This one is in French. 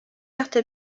cartes